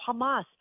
Hamas